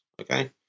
Okay